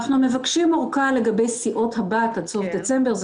אנחנו מבקשים אורכה לגבי סיעות הבת עד סוף דצמבר.